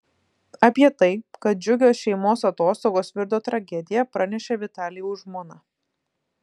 apie tai kad džiugios šeimos atostogos virto tragedija pranešė vitalijaus žmona